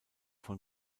von